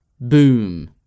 Boom